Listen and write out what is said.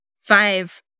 five